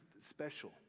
special